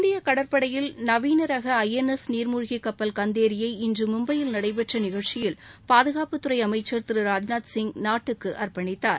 இந்திய கடற்படையில் நவீனரக துளன்எஸ் நீர்மூழ்கி கப்பல் கந்தேரியை இன்று மும்பயில் நடைபெற்ற நிகழ்ச்சியில் பாதுகாப்புத்துறை அமைச்சர் திரு ராஜ்நாத் சிங் நாட்டுக்கு அர்ப்பணித்தார்